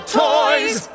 toys